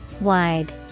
Wide